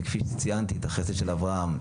וכפי שציינתי את החסד של אברהם,